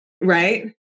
Right